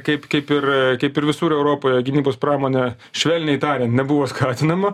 kaip kaip ir kaip ir visur europoje gynybos pramonę švelniai tariant nebuvo skatinama